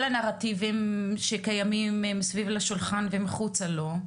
הנרטיבים שקיימים סביב לשולחן ומחוצה לו.